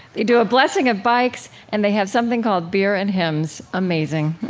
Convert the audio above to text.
they do a blessing of bikes, and they have something called beer and hymns. amazing.